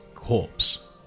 corpse